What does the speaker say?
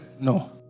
No